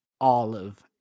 Olive